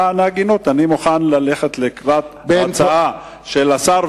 למען ההגינות אני מוכן ללכת לקראת ההצעה של השר,